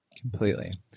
completely